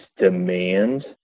demand